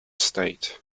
state